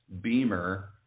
beamer